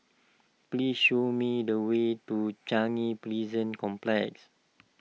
please show me the way to Changi Prison Complex